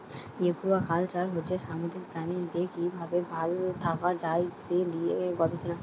aquaculture হচ্ছে সামুদ্রিক প্রাণীদের কি ভাবে ভাল থাকা যায় সে লিয়ে গবেষণা